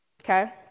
okay